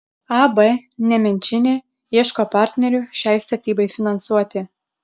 ab nemenčinė ieško partnerių šiai statybai finansuoti